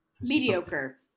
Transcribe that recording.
Mediocre